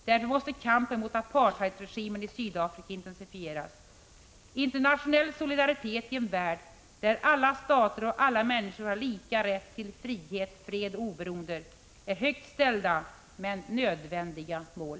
Därför måste kampen mot apartheidregimen i Sydafrika intensifieras. Internationell solidaritet i en värld där alla stater och alla människor har lika rätt till frihet, fred och oberoende är högt ställda men nödvändiga mål.